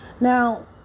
now